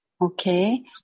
okay